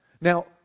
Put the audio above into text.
Now